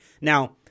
Now